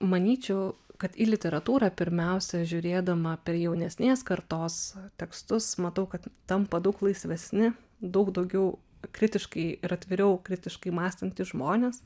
manyčiau kad į literatūrą pirmiausia žiūrėdama per jaunesnės kartos tekstus matau kad tampa daug laisvesni daug daugiau kritiškai ir atviriau kritiškai mąstantys žmonės